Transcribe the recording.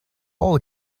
all